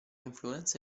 influenza